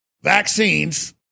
vaccines